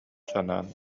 санаан